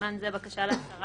(בסימן זה, בקשה להכרה),